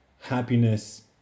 happiness